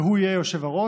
והוא יהיה היושב-ראש,